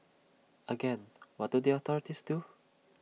again what do the authorities do